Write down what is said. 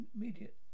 immediate